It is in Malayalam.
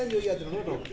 കേട്ടോ പേടിക്കേണ്ട